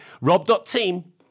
Rob.team